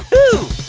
ooh